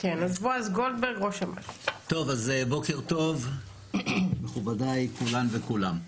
אז בוקר טוב מכובדי כולן וכולם.